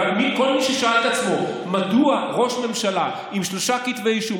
אבל כל מי ששאל את עצמו: מדוע ראש ממשלה עם שלושה כתבי אישום,